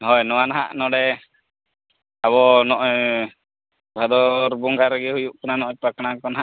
ᱦᱳᱭ ᱱᱚᱣᱟ ᱱᱟᱦᱟᱜ ᱱᱚᱰᱮ ᱟᱵᱚ ᱱᱚᱜᱼᱚᱸᱭ ᱵᱷᱟᱫᱚᱨ ᱵᱚᱸᱜᱟ ᱨᱮᱜᱮ ᱦᱩᱭᱩᱜ ᱠᱟᱱᱟ ᱱᱚᱜᱼᱚᱸᱭ ᱯᱟᱛᱟ ᱠᱚ ᱦᱟᱜ